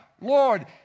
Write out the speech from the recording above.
Lord